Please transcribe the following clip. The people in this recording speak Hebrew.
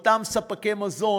עבור אותם ספקי מזון,